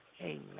Amen